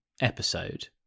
episode